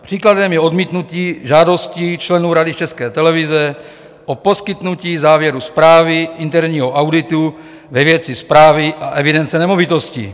Příkladem je odmítnutí žádostí členů Rady České televize o poskytnutí závěru zprávy interního auditu ve věci správy a evidence nemovitostí.